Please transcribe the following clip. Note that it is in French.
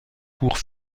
cours